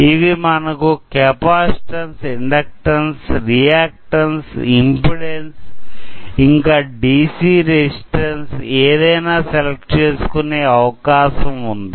ఇవి మనకు capacitance inductance reactance impedance ఇంకా డిసి రెసిస్టన్స్ ఏదయినా సెలెక్ట్ చేసుకొనే అవకాశం ఉంది